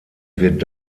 wird